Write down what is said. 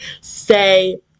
Say